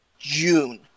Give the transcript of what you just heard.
june